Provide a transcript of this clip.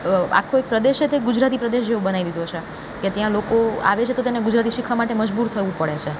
આખો એક પ્રદેશ એ ગુજરાતી પ્રદેશ જેવું બનાવી દીધો છે કે ત્યાં લોકો આવે છે તો તેને ગુજરાતી શીખવા માટે મજબૂર થવું પડે છે